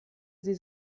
sie